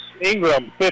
Ingram